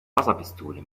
wasserpistole